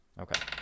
Okay